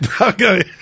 Okay